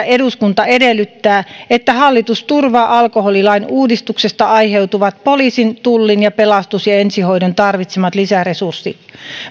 eduskunta edellyttää että hallitus turvaa alkoholilain uudistuksesta aiheutuvat poliisin tullin ja pelastus ja ensihoidon tarvitsemat lisäresurssit